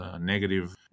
negative